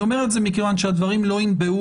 אני אומר את זה מכיוון שהדברים לא ינבעו